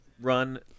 run